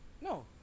No